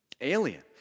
alien